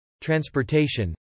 transportation